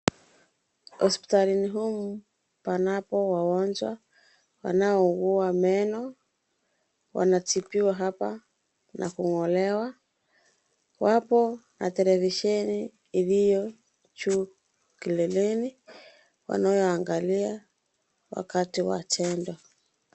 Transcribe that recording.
Hospitalini humu panapo wagonjwa wanao ugua meno, wanatibiwa hapa na ng'olewa. Wapo na televisheni iliyo juu kileleni wanoyo angalia wakati wa tendo.